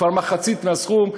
כבר מחצית הסכום.